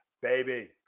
Baby